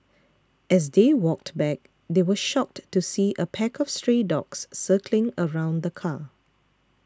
as they walked back they were shocked to see a pack of stray dogs circling around the car